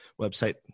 website